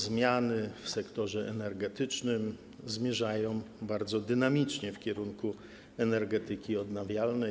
Zmiany w sektorze energetycznym zmierzają bardzo dynamicznie w kierunku energetyki odnawialnej.